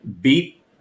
beat